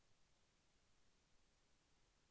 Agri బజార్ అంటే ఏమిటి మరియు దానిలో ఏ వస్తువు ఉత్తమమైనది?